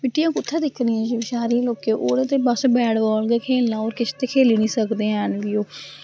मिट्टियां कुत्तें दिक्खनियां शैह्रें दे लोकें उ'नें ते बस बैट बॉल गै खेलना होर किश ते खेली नी सकदे हैन बी ओह्